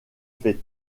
fait